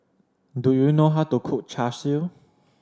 do you know how to cook Char Siu